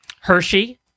Hershey